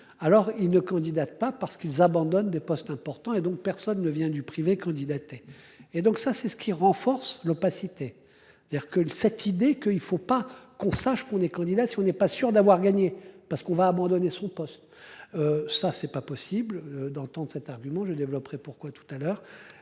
Alors il ne candidate pas parce qu'ils abandonnent des postes importants, et donc, personne ne vient du privé candidatait. Et donc ça, c'est ce qui renforce l'opacité. C'est-à-dire que cette idée que il ne faut pas qu'on sache qu'on est candidat, si on n'est pas sûr d'avoir gagné, parce qu'on va abandonner son poste. Ça c'est pas possible dans le temps cet argument je développerai pourquoi tout à l'heure.